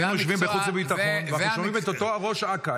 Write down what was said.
שנינו יושבים בחוץ ואנחנו שומעים את אותו ראש אכ"א.